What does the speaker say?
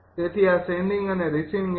તેથી આ સેંડિંગ અને રિસીવિંગ એન્ડ